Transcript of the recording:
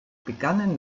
begannen